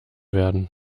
werden